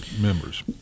members